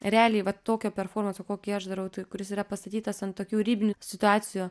realiai va tokio performanso kokį aš darau tai kuris yra pastatytas ant tokių ribinių situacijų